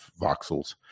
voxels